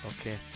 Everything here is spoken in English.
okay